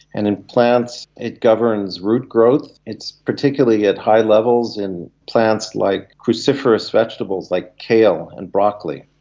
and in plants it governs root growth. it's particularly at high levels in plants like cruciferous vegetables, like kale and broccoli.